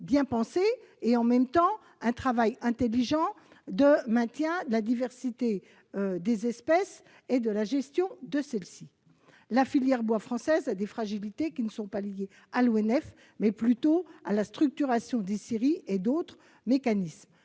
bien pensées et, en même temps, un travail intelligent de maintien de la diversité des espèces et de gestion de celles-ci. La filière bois française souffre de fragilités qui sont liées non pas à l'ONF, mais à la structuration des scieries et à d'autres mécanismes.